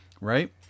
Right